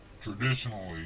Traditionally